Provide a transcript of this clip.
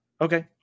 okay